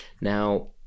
Now